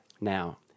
Now